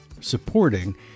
supporting